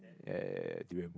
eh durian